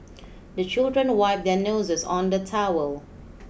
the children wipe their noses on the towel